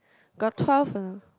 got twelve or not